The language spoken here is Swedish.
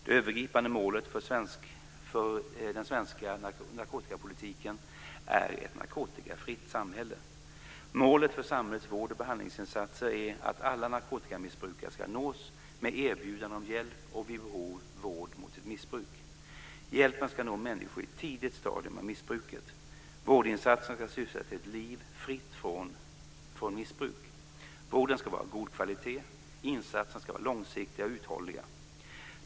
Det övergripande målet för den svenska narkotikapolitiken är ett narkotikafritt samhälle. Målet för samhällets vård och behandlingsinsatser är att alla narkotikamissbrukare ska nås med erbjudande om hjälp och vid behov vård mot sitt missbruk. Hjälpen ska nå människor i ett tidigt stadium av missbruket. Vårdinsatserna ska syfta till ett liv fritt från missbruk. Vården ska vara av god kvalitet. Insatserna ska vara långsiktiga och uthålliga.